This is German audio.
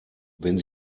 wenn